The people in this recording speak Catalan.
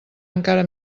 encara